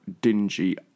dingy